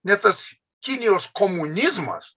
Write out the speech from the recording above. net tas kinijos komunizmas